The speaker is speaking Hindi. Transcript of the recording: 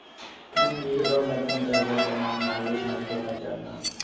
एन.जी.ओ में तुम पैसा कमाना है, ये सोचकर मत जाना